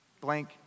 blank